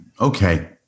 okay